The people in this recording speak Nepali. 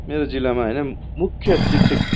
मेरो जिल्लामा होइन मुख्य शिक्षित